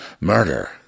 Murder